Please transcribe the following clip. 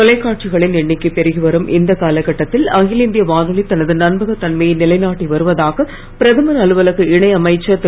தொலைக்காட்சிகளின் எண்ணிக்கை பெருகி வரும் இந்த காலக்கட்டத்தில் அகில் இந்திய வானொலி தனது நன்பக தன்மையை நிலைநாட்டி வருவதாக பிரதமர் அலுவலக இணை அமைச்சர் திரு